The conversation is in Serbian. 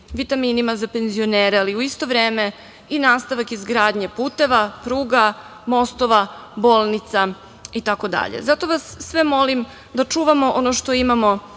vitaminima za penzionere, ali u isto vreme i nastavak izgradnje puteva, pruga, mostova, bolnica, itd. Zato vas sve molim da čuvamo ono što imamo